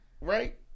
right